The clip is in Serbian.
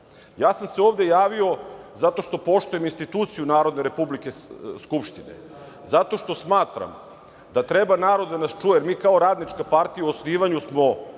sam se ovde javio zato što poštujem instituciju Narodne skupštine Republike Srbije, zato što smatram da treba narod da se čuje, jer mi kao Radnička partija u osnivanju smo